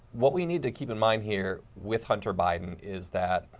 what we need to keep in mind here with hunter biden is that